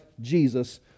Jesus